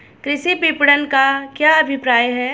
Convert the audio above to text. कृषि विपणन का क्या अभिप्राय है?